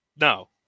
No